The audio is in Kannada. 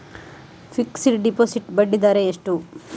ಫಿಕ್ಸೆಡ್ ಡೆಪೋಸಿಟ್ ಬಡ್ಡಿ ದರ ಎಷ್ಟು?